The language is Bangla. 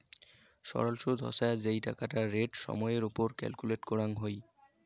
সরল সুদ হসে যেই টাকাটা রেট সময় এর ওপর ক্যালকুলেট করাঙ হই